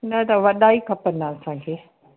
न त वॾा ई खपंदा असांखे